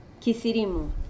Kisirimu